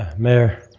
mayor,